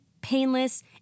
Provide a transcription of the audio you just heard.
painless